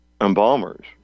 embalmers